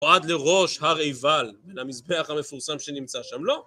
נועד לראש הר עיבל, למזבח המפורסם שנמצא שם, לא.